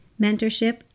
mentorship